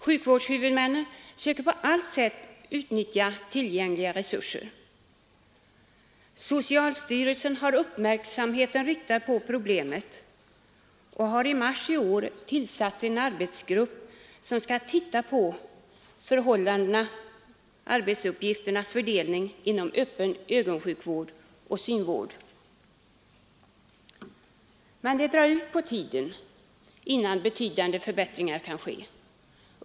Sjukvårdshuvudmännen söker på allt sätt utnyttja tillgängliga resurser. Socialstyrelsen har uppmärksamheten riktad mot problemet och har i mars i år tillsatt en arbetsgrupp som skall titta på fördelningen av arbetsuppgifterna inom öppen ögonsjukvård och synvård. Men det kommer att dra ut på tiden innan betydande förändringar kan ske.